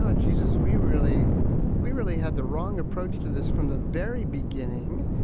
ah jesus, we really we really had the wrong approach to this from the very beginning.